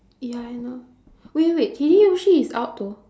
ya I know wait wait wait hideyoshi is out though